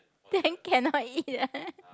then cannot eat